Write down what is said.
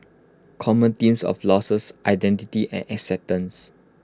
common themes of losses identity and acceptance